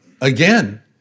Again